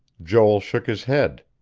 joel shook his head.